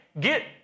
get